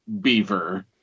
beaver